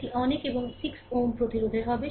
এটি অনেক এবং এটি 6 Ω প্রতিরোধের হবে